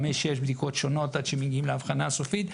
חמש ושש בדיקות שונות עד שמגיעים לאבחנה הסופית.